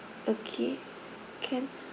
okay can